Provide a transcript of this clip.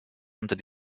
unter